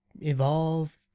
Evolve